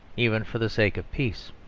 even for the sake of peace.